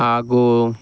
ಹಾಗೂ